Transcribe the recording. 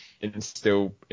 instill